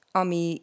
ami